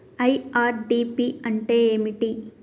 IRDP అంటే ఏమిటి?